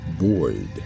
Boyd